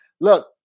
look